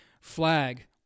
flag